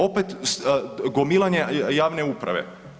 Opet, gomilanje javne uprave.